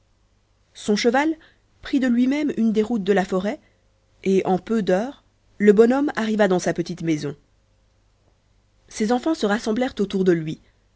son cheval prit de lui-même une des routes de la forêt et en peu d'heures le bon homme arriva dans sa petite maison ses enfans se rassemblèrent autour de lui